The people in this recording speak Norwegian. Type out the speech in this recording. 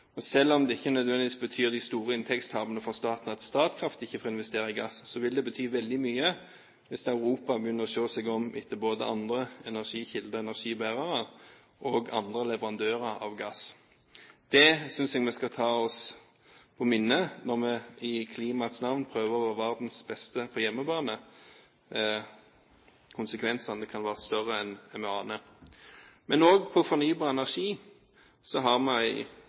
framtiden. Selv om det ikke nødvendigvis betyr de store inntektstapene for staten at Statkraft ikke får investere i gass, vil det bety veldig mye hvis Europa begynner å se seg om etter både andre energikilder og andre energibærere, og andre leverandører av gass. Det synes jeg vi skal ha i minne når vi i klimaets navn prøver å være verdens beste på hjemmebane. Konsekvensene kan være større enn vi aner. Men også på fornybar energi har vi en stor framtid. EU har også store planer. I